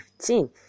15